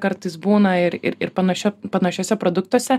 kartais būna ir ir ir panašiu panašiuose produktuose